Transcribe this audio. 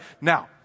Now